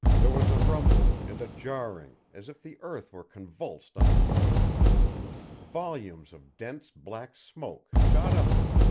there was a rumbling and jarring, as if the earth were convulsed under foot volumes of dense black smoke shot upward,